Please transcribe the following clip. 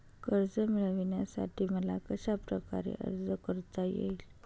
कर्ज मिळविण्यासाठी मला कशाप्रकारे अर्ज करता येईल?